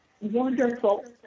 wonderful